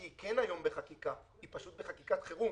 שהיא בחקיקה היום היא פשוט בחקיקת חירום